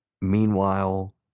Meanwhile